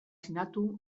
sinatu